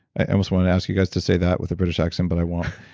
i almost want to ask you guys to say that with a british accent, but i won't.